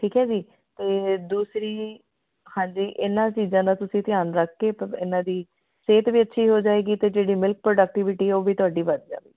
ਠੀਕ ਹੈ ਜੀ ਅਤੇ ਦੂਸਰੀ ਹਾਂਜੀ ਇਹਨਾਂ ਚੀਜ਼ਾਂ ਦਾ ਤੁਸੀਂ ਧਿਆਨ ਰੱਖ ਕੇ ਇਹਨਾਂ ਦੀ ਸਿਹਤ ਵੀ ਅੱਛੀ ਹੋ ਜਾਵੇਗੀ ਅਤੇ ਜਿਹੜੀ ਮਿਲਕ ਪ੍ਰੋਡਕਟੀਵਿਟੀ ਉਹ ਵੀ ਤੁਹਾਡੀ ਵੱਧ ਜਾਵੇਗੀ